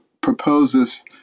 proposes